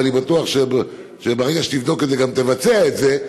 ואני בטוח שברגע שתבדוק את זה גם תבצע את זה,